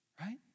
right